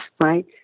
right